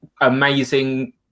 amazing